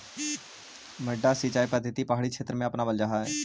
मड्डा सिंचाई पद्धति पहाड़ी क्षेत्र में अपनावल जा हइ